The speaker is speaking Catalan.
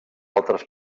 altres